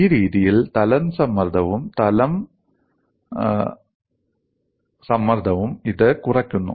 ഈ രീതിയിൽ തലം സമ്മർദ്ദവും തലം സമ്മർദ്ദവും ഇത് കുറയ്ക്കുന്നു